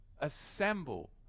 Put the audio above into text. assemble